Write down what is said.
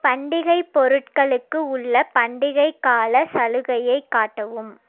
பண்டிகை பொருட்களுக்கு உள்ள பண்டிகைக் கால சலுகையை காட்டவும்